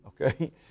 okay